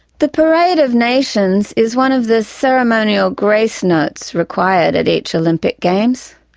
the parade of nations is one of the ceremonial grace-notes required at each olympic games.